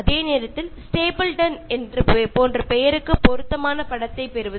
പക്ഷേ Stapleton എന്ന പേര് സൂചിപ്പിക്കുന്ന ഒരു ചിത്രം പെട്ടെന്ന് കിട്ടില്ല